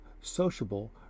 sociable